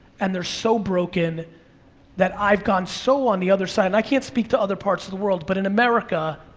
and they're so broken that i've gone so on the other side, and i can't speak to other parts of the world, but in america,